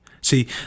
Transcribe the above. See